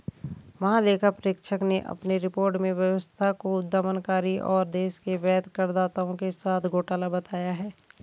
महालेखा परीक्षक ने अपनी रिपोर्ट में व्यवस्था को दमनकारी और देश के वैध करदाताओं के साथ घोटाला बताया है